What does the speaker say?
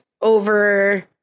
over